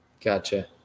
Gotcha